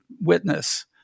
witness